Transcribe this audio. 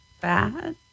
bad